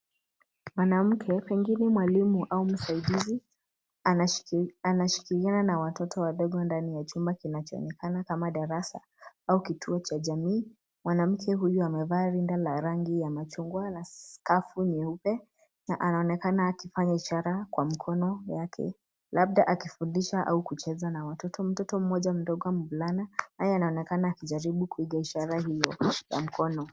Mwanamke pengine mwalimu au msaidizi anashikiliana na watoto wadogo ndani ya chumba kinachoonekana kama darasa au kituo cha jamii. Mwanamke huyu amevaa rinda la rangi ya machungwa na skafu nyeupe na anaonekana akifanya ishara kwa mkono yake labda akifundisha au kucheza na watoto. Mtoto mmoja mdogo mvulana anayeonekana akijaribu kuiga ishara hiyo.